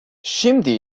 şimdi